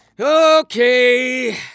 Okay